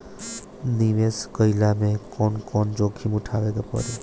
निवेस कईला मे कउन कउन जोखिम उठावे के परि?